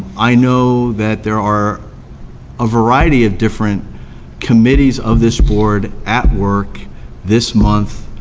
i know that there are a variety of different committees of this board at work this month,